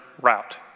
route